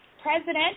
president